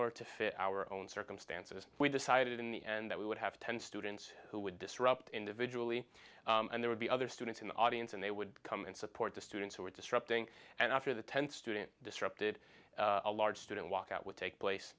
order to fit our own circumstances we decided in the end that we would have ten students who would disrupt individually and there would be other students in the audience and they would come and support the students who were disrupting and after the ten student disrupted a large student walkout would take place